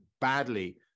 badly